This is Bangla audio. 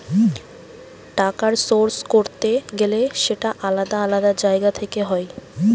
টাকার সোর্স করতে গেলে সেটা আলাদা আলাদা জায়গা থেকে হয়